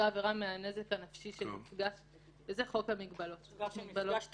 עבירה מהנזק הנפשי של מפגש --- מדובר על מפגש תכוף.